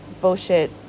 bullshit